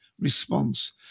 response